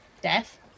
Death